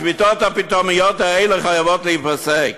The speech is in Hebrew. השביתות הפתאומיות האלה חייבות להיפסק.